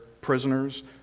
prisoners